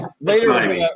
Later